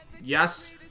Yes